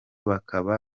bakaba